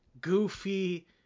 goofy